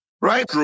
Right